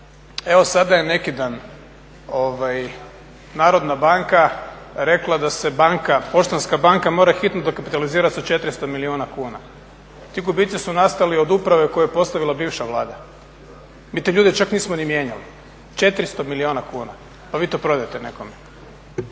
evo sada je neki dan Narodna banka rekla da se Poštanska banka mora hitno dokapitalizirati sa 400 milijuna kuna. Ti gubici su nastali od uprave koju je postavila bivša vlada, mi te ljude čak nismo ni mijenjali. 400 milijuna kuna pa vi to prodajte nekome.